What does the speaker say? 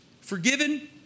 Forgiven